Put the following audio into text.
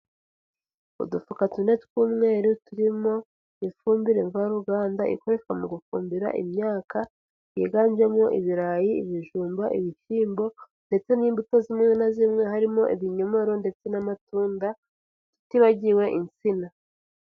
Udufuka tune tw'umweru turimo ifumbire mvaruganda ikoreshwa mu gufumbira imyaka, yiganjemo ibirayi, ibijumba, ibishyimbo ndetse n'imbuto zimwe na zimwe, harimo ibinyoro ndetse n'amatunda, tutibagiwe insina.